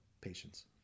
patience